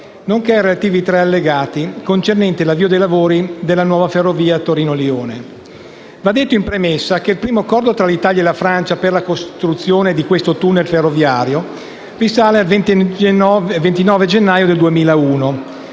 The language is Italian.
nonché dei relativi tre allegati, concernenti l'avvio dei lavori della nuova linea ferroviaria Torino-Lione. Va detto in premessa che il primo Accordo tra Italia e Francia per la costruzione di questo tunnel ferroviario risale al 29 gennaio 2001: